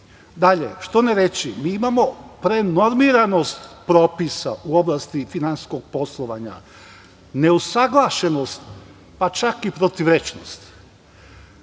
Dalje, što ne reći - mi imamo prenormiranost propisa u oblasti finansijskog poslovanja, neusaglašenost, pa čak i protivrečnost. Neki